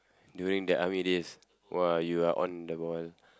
during the army days !wah! you are on the ball